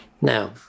Now